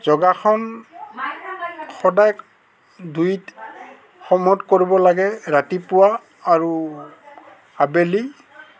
যোগাসন সদায় দুই সময়ত কৰিব লাগে ৰাতিপুৱা আৰু আবেলি